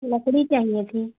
लकड़ी चाहिए थी